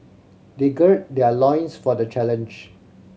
they gird their loins for the challenge